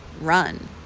Run